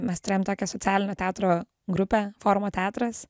mes turėjom tokią socialinio teatro grupę forumo teatras